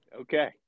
Okay